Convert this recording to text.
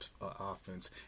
offense